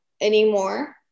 anymore